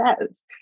says